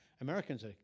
Americans